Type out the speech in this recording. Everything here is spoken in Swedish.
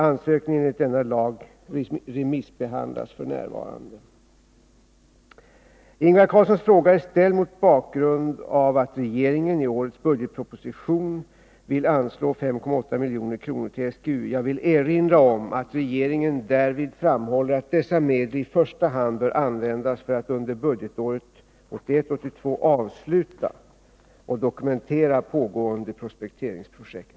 Ansökningen enligt denna lag remissbehandlas f. n. Ingvar Carlssons fråga är ställd mot bakgrund av att regeringen i årets budgetproposition (prop. 1980 82 avsluta och dokumentera pågående prospekteringsprojekt.